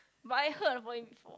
but I heard about it before